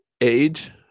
age